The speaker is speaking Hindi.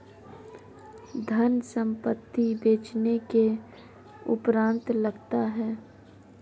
धनकर संपत्ति बेचने के उपरांत लगता है